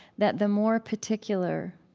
that the more particular